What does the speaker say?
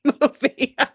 movie